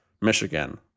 Michigan